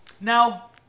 Now